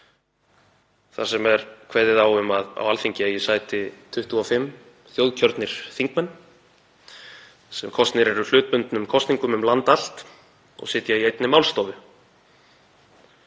þar sem er kveðið á um að á Alþingi eigi sæti 25 þjóðkjörnir þingmenn sem kosnir séu hlutbundnum kosningum um land allt og sitji í einni málstofu.